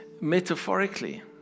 metaphorically